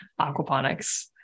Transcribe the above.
aquaponics